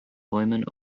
bäumen